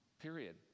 Period